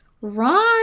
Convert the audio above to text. Ron